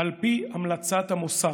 על פי המלצת המוסד.